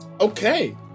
Okay